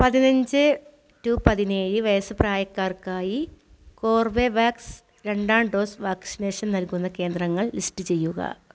പതിനഞ്ച് റ്റു പതിനേഴ് വയസ്സ് പ്രായക്കാർക്കായി കോർബെവാക്സ് രണ്ടാം ഡോസ് വാക്സിനേഷൻ നൽകുന്ന കേന്ദ്രങ്ങൾ ലിസ്റ്റ് ചെയ്യുക